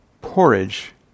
porridge